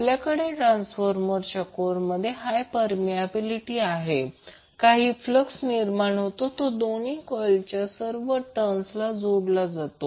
आपल्याकडे ट्रान्सफॉर्मरच्या कोरमध्ये हाय परमियाबिलिटी आहे काही फ्लक्स निर्माण होतो तो दोन्ही कॉइलच्या सर्व टर्नला जोडला जातो